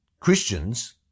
Christians